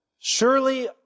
Surely